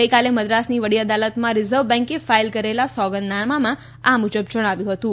ગઈકાલે મદ્રાસની વડી અદાલતમાં રીઝર્વ બેન્કે ફાઇલ કરેલા સોગંદનામામાં આ મુજબ જણાવ્યું હતું